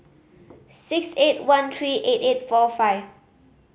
six eight one three eight eight four five